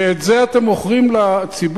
ואת זה אתם מוכרים לציבור?